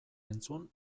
entzun